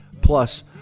plus